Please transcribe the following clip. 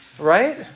right